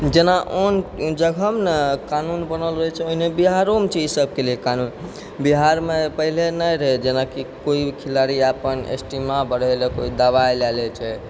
जेना आन जगहमे ने कानून बनल रहै छै ने ओहिना बिहारोमे छै ई सबके लेल कानून बिहरमे पहिले नहि रहै जेनाकि कोइ खिलाड़ी अपन स्टेमिना बढ़ाइलए कोइ दवाइ लऽ लै छै